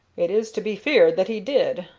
it is to be feared that he did,